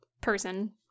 person